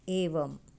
एवम्